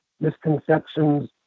misconceptions